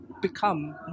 become